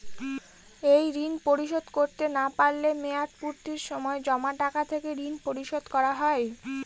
এই ঋণ পরিশোধ করতে না পারলে মেয়াদপূর্তির সময় জমা টাকা থেকে ঋণ পরিশোধ করা হয়?